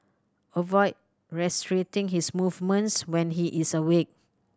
avoid restricting his movements when he is awake